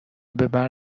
ببر